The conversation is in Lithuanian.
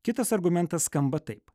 kitas argumentas skamba taip